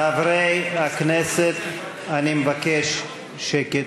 חברי הכנסת, אני מבקש שקט,